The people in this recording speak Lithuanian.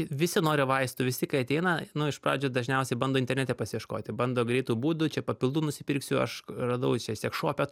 visi nori vaistų visi kai ateina nu iš pradžių dažniausiai bando internete pasiieškoti bando greitų būdų čia papildų nusipirksiu aš radau čia seksšope